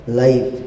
life